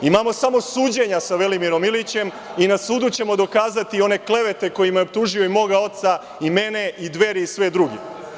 Imamo samo suđenja sa Velimirom Ilićem i na sudu ćemo dokazati one klevete kojima je optužio i moga oca i mene i Dveri i sve druge.